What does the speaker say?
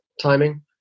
timing